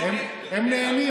התקשורת והממשלה חד הן.